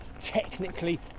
technically